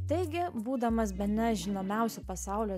taigi būdamas bene žinomiausių pasaulio